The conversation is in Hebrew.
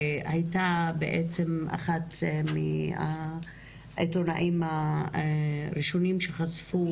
שהייתה אחת מהעיתונאים הראשונים שחשפו,